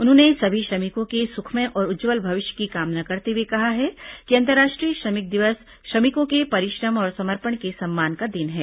उन्होंने सभी श्रमिकों के सुखमय और उज्जवल भविष्य की कामना करते हुए कहा है कि अंतर्राष्ट्रीय श्रमिक दिवस श्रमिकों के परिश्रम और समर्पण के सम्मान का दिन है